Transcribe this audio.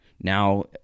Now